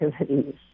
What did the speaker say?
activities